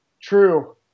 true